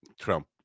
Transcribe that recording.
trump